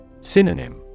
Synonym